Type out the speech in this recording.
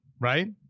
Right